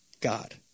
God